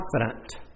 confident